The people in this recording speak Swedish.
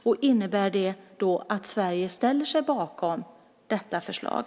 Och innebär det att Sverige ställer sig bakom detta förslag?